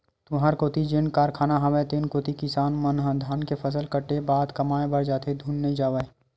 तुँहर कोती जेन कारखाना हवय तेन कोती किसान मन ह धान के फसल कटे के बाद कमाए बर जाथे धुन नइ जावय?